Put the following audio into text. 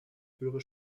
höhere